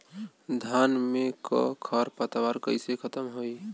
धान में क खर पतवार कईसे खत्म होई?